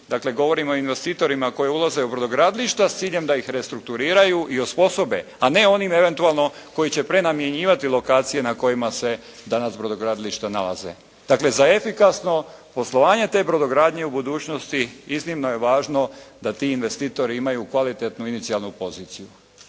dakle, govorimo o investitorima koji ulaze u brodogradilišta s ciljem da ih restrukturiraju i osposobe a ne onim eventualno koji će prenamjenjivati lokacije na kojima se danas brodogradilišta nalaze. Dakle, za efikasno poslovanje te brodogradnje u budućnosti iznimno je važno da ti investitori imaju kvalitetnu inicijalnu poziciju.